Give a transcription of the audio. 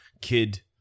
kid